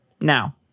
now